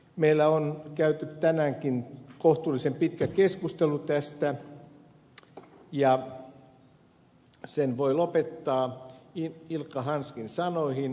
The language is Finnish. meillä on käyty tänäänkin kohtuullisen pitkä keskustelu tästä ja sen voi lopettaa ilkka hanskin sanoihin